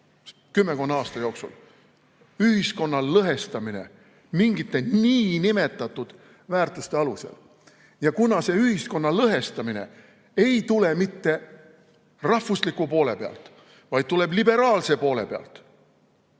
kümmekonna aasta jooksul: ühiskonna lõhestamine mingite nn väärtuste alusel. Ja kuna see ühiskonna lõhestamine ei tule mitte rahvusliku poole pealt, vaid tuleb liberaalse poole pealt,